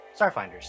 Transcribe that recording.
starfinders